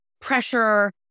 pressure